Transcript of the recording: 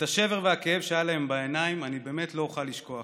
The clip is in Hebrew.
את השבר והכאב שהיה להם בעיניים אני באמת לא אוכל לשכוח.